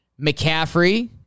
McCaffrey